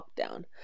lockdown